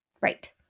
Right